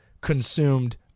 consumed